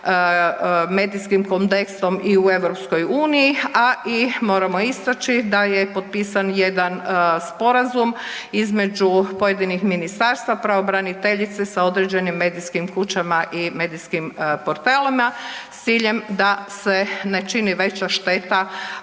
medijskim kodeksom i u EU, a i moramo istaći da je potpisan jedan sporazum između pojedinih ministarstva pravobraniteljice sa određenim medijskim kućama i medijskim portalima s ciljem da se ne čini veća šteta